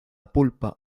pulpa